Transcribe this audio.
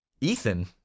Ethan